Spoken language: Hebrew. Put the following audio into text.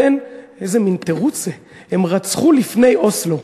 כן, איזה מין תירוץ זה, הם רצחו לפני אוסלו.